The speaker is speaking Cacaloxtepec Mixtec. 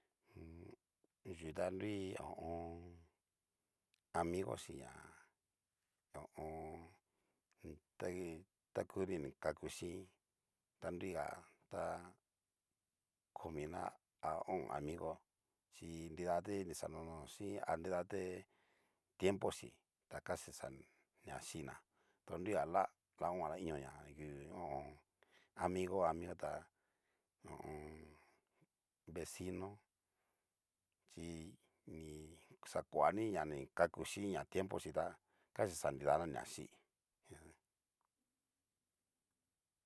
yu ta nrui ho o on. amigo chí na ho o on. tau tau ninikaku chín, ta nruiga tá komina ha o'on amigo chi nridati nixanono chín nidate tiempo chí, ta casi xa ni ha xiná to nruiga lia o'on a iño ná, ngu ho o on. amigo, amiga tá ho o on. vecino chi ni xakua ni ni kaku chín tiempo chí ta casi xa nidana ni axíi.